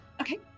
Okay